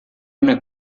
una